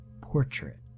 portrait